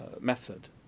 method